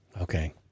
Okay